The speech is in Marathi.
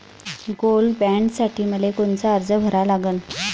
गोल्ड बॉण्डसाठी मले कोनचा अर्ज भरा लागन?